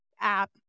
app